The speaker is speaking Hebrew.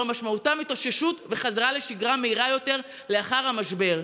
משמעותם התאוששות וחזרה לשגרה מהירה יותר לאחר המשבר.